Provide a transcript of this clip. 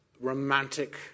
romantic